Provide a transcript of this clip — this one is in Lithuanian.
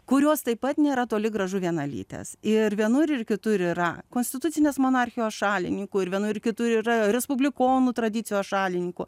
kurios taip pat nėra toli gražu vienalytės ir vienur ir kitur yra konstitucinės monarchijos šalininkų ir vienur kitur yra respublikonų tradicijos šalininkų